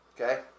Okay